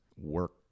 work